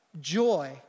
joy